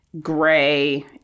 gray